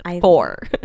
four